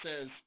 says